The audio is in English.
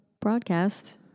broadcast